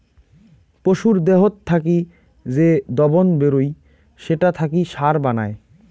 পশুর দেহত থাকি যে দবন বেরুই সেটা থাকি সার বানায়